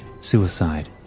Suicide